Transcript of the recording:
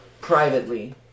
privately